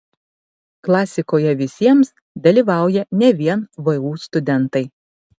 klasikoje visiems dalyvauja ne vien vu studentai